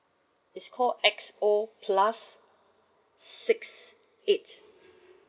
it's called X_O plus six eight